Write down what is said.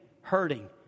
hurting